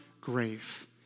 grave